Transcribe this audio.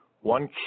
one